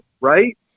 Right